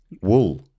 wool